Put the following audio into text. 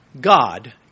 God